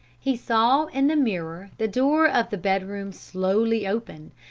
he saw in the mirror the door of the bedroom slowly open,